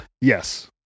yes